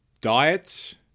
diets